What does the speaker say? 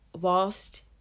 whilst